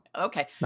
Okay